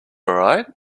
right